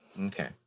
Okay